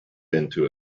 into